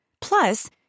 Plus